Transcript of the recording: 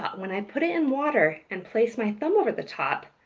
when i put it in water and place my thumb over the top,